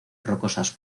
rocosas